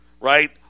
right